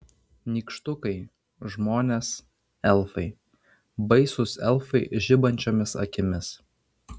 nykštukai žmonės elfai baisūs elfai žibančiomis akimis